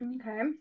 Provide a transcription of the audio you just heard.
Okay